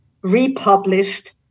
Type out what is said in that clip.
republished